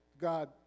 God